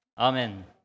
Amen